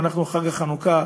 בחג החנוכה,